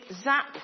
zap